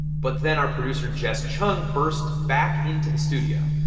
but then our producer jess cheung bursts back into the studio